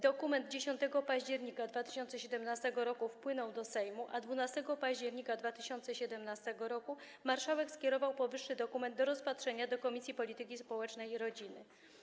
Dokument 10 października 2017 r. wpłynął do Sejmu, a 12 października 2017 r. marszałek skierował powyższy dokument do rozpatrzenia do Komisji Polityki Społecznej i Rodziny.